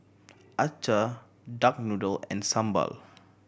acar duck noodle and sambal